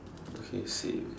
okay same